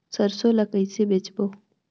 सरसो ला कइसे बेचबो?